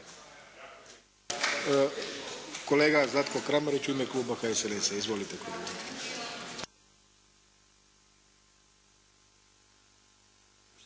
Kolega Zlatko Kramarić u ime kluba HSLS-a. Izvolite